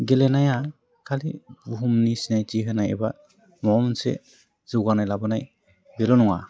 गेलेनाया खालि बुहुमनि सिनाइथि होनाय एबा माबा मोनसे जौगानाय लाबोनाय बेल' नङा